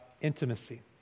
intimacy